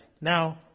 Now